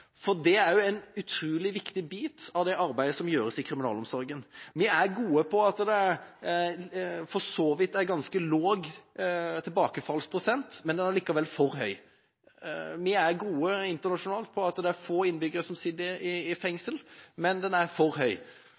for det er en utrolig viktig bit av det arbeidet som gjøres i kriminalomsorgen. Vi er fornøyd med at det for så vidt er en ganske lav tilbakefallsprosent, men den er likevel for høy. Vi er gode internasjonalt med hensyn til at det er få innbyggere som sitter i fengsel, men det er for